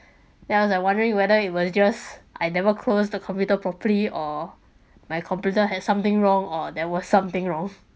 then I was like wondering whether it was just I never closed the computer properly or my computer has something wrong or there were something wrong